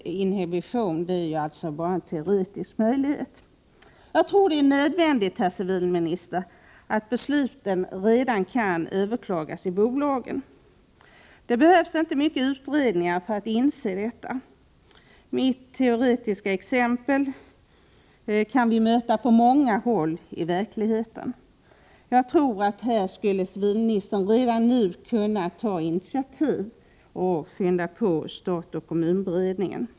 Inhibition har alltså bara varit en teoretisk möjlighet. Det är nödvändigt, herr civilminister, att besluten kan överklagas redan i bolaget. Det behövs inte mycket utredningar för att inse detta. Mitt teoretiska exempel möter vi i verkligheten. Jag tror att civilministern redan nu skulle kunna ta initiativ för att skynda på stat-kommun-beredningen.